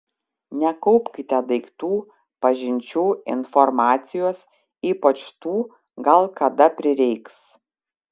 nekaupkite daiktų pažinčių informacijos ypač tų gal kada prireiks